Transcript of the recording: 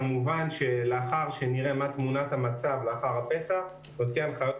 כמובן שלאחר שנראה מה תמונת המצב לאחר פסח נוציא הנחיות